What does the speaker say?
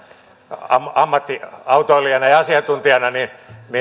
ammattiautoilijana ja ja asiantuntijana niin